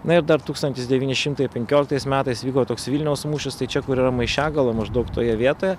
na ir dar tūkstantis devyni šimtai penkioliktais metais vyko toks vilniaus mūšis tai čia kur yra maišiagala maždaug toje vietoje